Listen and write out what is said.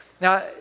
Now